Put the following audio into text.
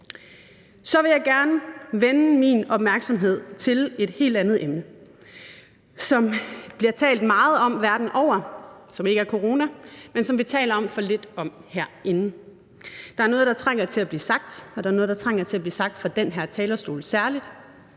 Så vil jeg gerne vende min opmærksomhed mod et helt andet emne, som der bliver talt meget om verden over – som ikke er corona – men som vi taler for lidt om herinde. Der er noget, der trænger til at blive sagt, og der er noget, der særlig trænger til at blive sagt fra den her talerstol.